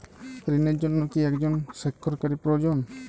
ঋণের জন্য কি একজন স্বাক্ষরকারী প্রয়োজন?